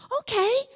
okay